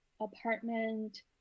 apartment